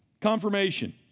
Confirmation